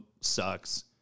Sucks